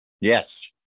Yes